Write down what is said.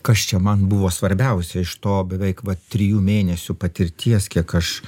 kas čia man buvo svarbiausia iš to beveik vat trijų mėnesių patirties kiek aš